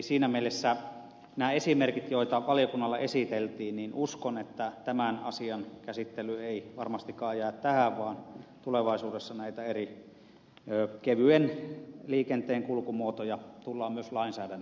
siinä mielessä näiden esimerkkien myötä joita valiokunnalle esiteltiin uskon että tämän asian käsittely ei varmastikaan jää tähän vaan tulevaisuudessa näitä eri kevyen liikenteen kulkumuotoja tullaan myös lainsäädän